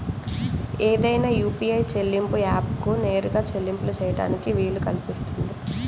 ఏదైనా యూ.పీ.ఐ చెల్లింపు యాప్కు నేరుగా చెల్లింపులు చేయడానికి వీలు కల్పిస్తుంది